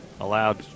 Allowed